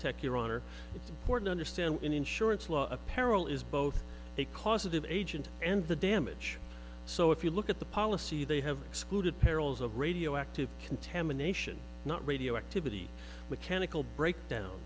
tech your honor it's important understand in insurance law apparel is both a causative agent and the damage so if you look at the policy they have excluded perils of radioactive contamination not radioactivity mechanical breakdown